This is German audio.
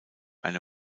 eine